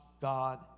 God